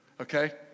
okay